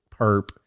perp